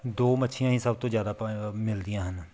ਦੋ ਮੱਛੀਆਂ ਹੀ ਸਭ ਤੋਂ ਜ਼ਿਆਦਾ ਭ ਮਿਲਦੀਆਂ ਹਨ